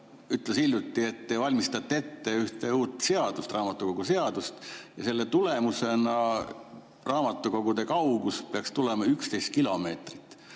ütles hiljuti, et te valmistate ette ühte uut seadust, raamatukoguseadust. Ja selle tulemusena raamatukogude kaugus peaks olema 11 kilomeetrit